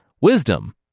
Wisdom